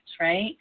right